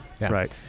Right